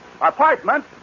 Apartment